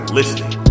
listening